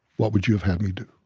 what would you have had me do?